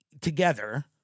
together